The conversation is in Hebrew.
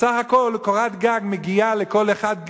בסך הכול קורת גג מגיעה לכל אחד,